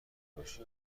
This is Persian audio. باشی